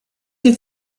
die